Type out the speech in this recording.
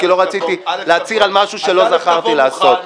כי לא רציתי להצהיר על משהו שלא זכרתי לעשות.